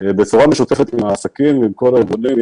בצורה משותפת עם העסקים ועם כל היזמים.